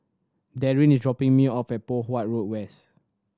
Darryn is dropping me off at Poh Huat Road West